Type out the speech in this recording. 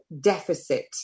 deficit